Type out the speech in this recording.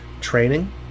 Training